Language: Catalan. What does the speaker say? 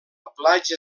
platja